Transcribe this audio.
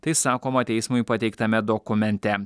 tai sakoma teismui pateiktame dokumente